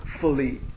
fully